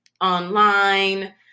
online